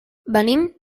venim